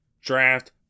draft